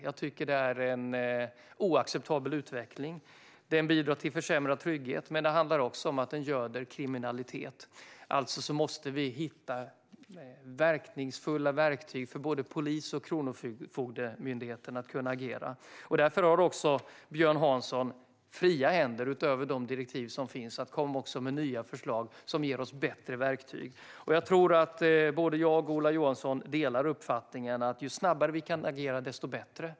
Jag tycker att det är en oacceptabel utveckling som bidrar till försämrad trygghet. Men det handlar också om att den göder kriminalitet. Alltså måste vi hitta verkningsfulla verktyg för både polisen och Kronofogdemyndigheten att kunna agera. Därför har Björn Hansson, utöver direktiven, fria händer att komma med nya förslag som ger oss bättre verktyg. Jag tror att jag och Ola Johansson delar uppfattningen att ju snabbare vi kan agera, desto bättre.